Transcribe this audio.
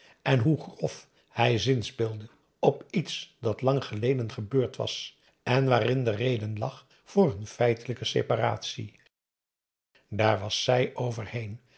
en hoe grof hij zinspeelde op iets dat lang geleden gebeurd was en waarin de reden lag voor hun feitelijke separatie daar was zij overheen